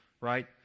right